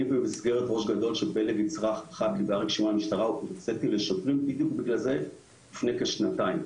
אני במסגרת --- הרציתי לשוטרים בדיוק בגלל זה לפני כשנתיים.